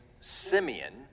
Simeon